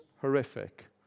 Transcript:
horrific